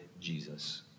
Jesus